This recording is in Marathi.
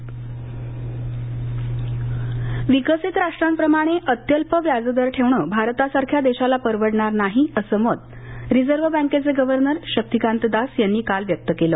पतधोरण विकसित राष्ट्रांप्रमाणे अत्यल्प व्याजदर ठेवणं भारतासारख्या देशाला परवडणार नाही असं मत रिझर्व्ह बँकेचे गव्हर्नर शस्तीकांत दास यांनी काल व्यक्त केलं